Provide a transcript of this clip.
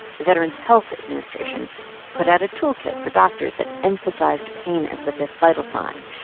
the veterans health administration put out a toolkit for doctors that emphasized pain as the fifth vital sign.